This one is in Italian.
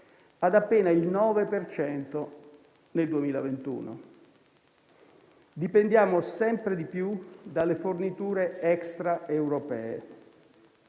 ad appena il 9 per cento nel 2021. Dipendiamo sempre di più dalle forniture extraeuropee